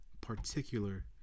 particular